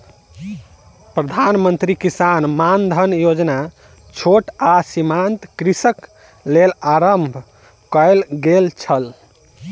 प्रधान मंत्री किसान मानधन योजना छोट आ सीमांत कृषकक लेल आरम्भ कयल गेल छल